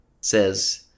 says